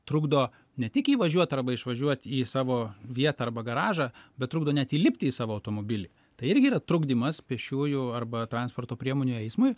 trukdo ne tik įvažiuot arba išvažiuot į savo vietą arba garažą bet trukdo net įlipti į savo automobilį tai irgi yra trukdymas pėsčiųjų arba transporto priemonių eismui